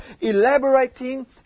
elaborating